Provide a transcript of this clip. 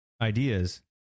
ideas